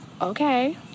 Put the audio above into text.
Okay